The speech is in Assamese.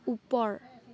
ওপৰ